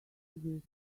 this